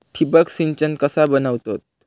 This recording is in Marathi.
ठिबक सिंचन कसा बनवतत?